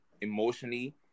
emotionally